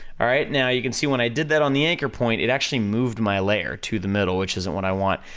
alright? now you can see when i did that on the anchor point, it actually moved my layer to the middle, which isn't what i want.